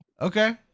Okay